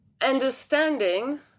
understanding